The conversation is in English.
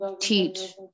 teach